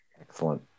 Excellent